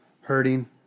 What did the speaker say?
hurting